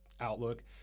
outlook